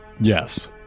Yes